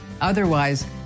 Otherwise